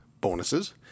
bonuses